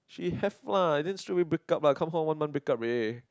she have lah then straight away breakup ah come home one month breakup already